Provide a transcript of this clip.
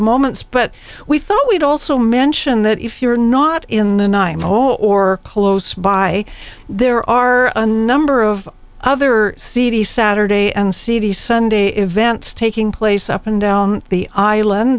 moments but we thought we'd also mention that if you're not in the ny mo or close by there are a number of other city saturday and see the sunday events taking place up and down the island